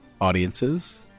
Audiences